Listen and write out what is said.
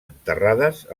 enterrades